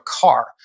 car